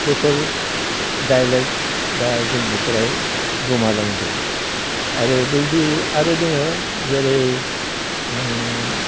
बेफोर डाइलेक्ट दा जोंनिफ्राय गोमालांदों आरो बेबायदि आरो दोङो जेरै